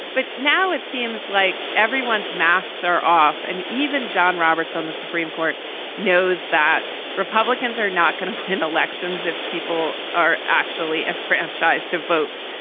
but now it seems like everyone's masks are off. and even john roberts on the supreme court knows that republicans are not going to win elections if people are actually enfranchised to vote.